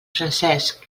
francesc